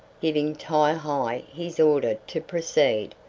giving ti-hi his order to proceed,